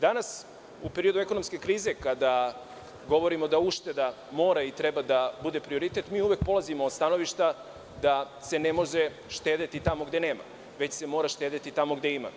Danas, u periodu ekonomske krize, kada govorimo da ušteda mora i treba da bude prioritet, mi uvek polazimo od stanovišta da se ne može štedeti tamo gde nema, već se mora štedeti tamo gde ima.